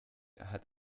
hat